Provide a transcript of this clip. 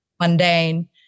mundane